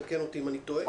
תקן אותי אם אני טועה.